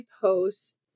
post